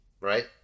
right